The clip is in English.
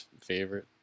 favorite